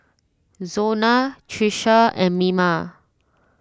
Zona Tricia and Mima